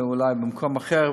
אולי במקום אחר,